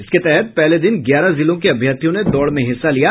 इसके तहत पहले दिन ग्यारह जिलों के अभ्यर्थियों ने दौड़ में हिस्सा लिया